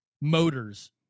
motors